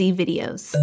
videos